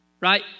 right